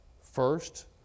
first